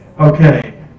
Okay